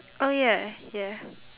oh ya ya